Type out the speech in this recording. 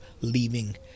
leaving